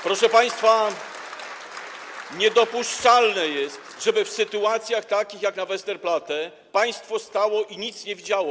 Proszę państwa, niedopuszczalne jest, żeby w sytuacjach takich jak na Westerplatte, państwo stało i nic nie widziało.